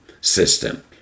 system